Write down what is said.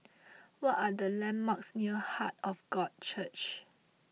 what are the landmarks near Heart of God Church